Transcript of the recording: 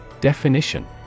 Definition